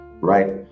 right